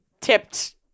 tipped